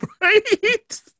right